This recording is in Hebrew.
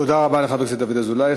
תודה רבה לחבר הכנסת דוד אזולאי.